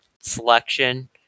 selection